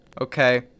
Okay